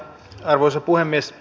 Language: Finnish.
arvoisa puhemies